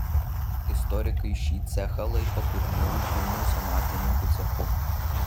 istorikai šį cechą laiko pirmuoju vilniaus amatininkų cechu